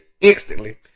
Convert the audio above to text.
instantly